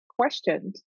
questioned